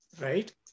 right